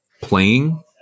playing